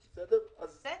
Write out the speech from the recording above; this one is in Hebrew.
בסדר,